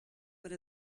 per